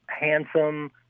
handsome